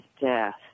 death